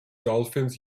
dolphins